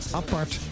apart